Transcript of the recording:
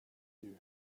you